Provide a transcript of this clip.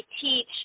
teach